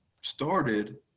started